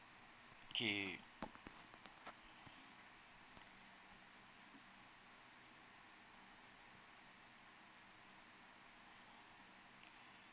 K